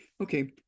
Okay